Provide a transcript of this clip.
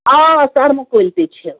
آ سرمہٕ کُلۍ تہِ چھِ